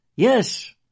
Yes